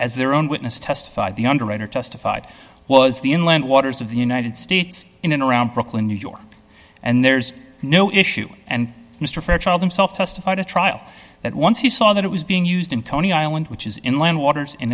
as their own witness testified the underwriter testified was the inland waters of the united states in and around brooklyn new york and there's no issue and mr fairchild himself testified at trial that once he saw that it was being used in coney island which is inland waters